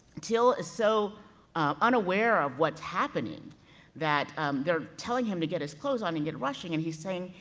till is so unaware of what's happening that they're telling him to get his clothes on, and get rushing, and he's saying,